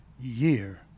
year